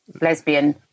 lesbian